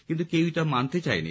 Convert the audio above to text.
কিন্তু কেউ তা মানতে চায়নি